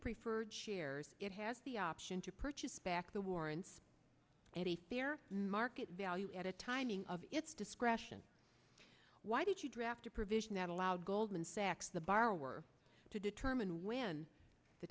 preferred shares it has the option to purchase back the warrants at a market value at a timing of its discretion why did you draft a provision that allowed goldman sachs the borrower to determine when the